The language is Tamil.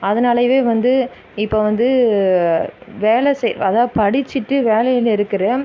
அதனாலயவே வந்து இப்போ வந்து வேலை செய் அதா படிச்சிட்டு வேலையில் இருக்கிற